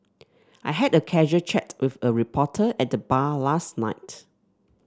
I had a casual chat with a reporter at the bar last night